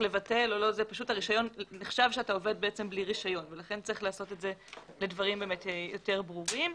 נחשב שאתה עובד בלי רישיון ולכן צריך לעשות את זה לדברים יותר ברורים.